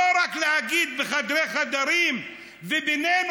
לא רק להגיד בחדרי חדרים ובינינו,